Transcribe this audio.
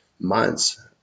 months